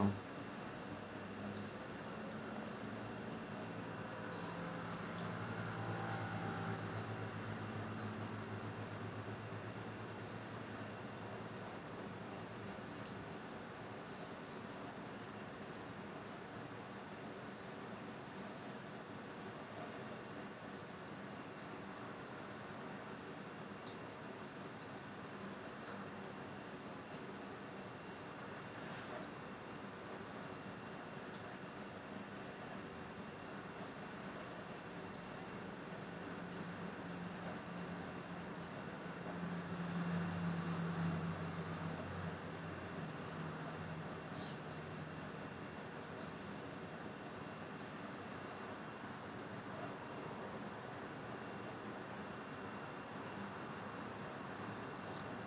~ount